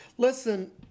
Listen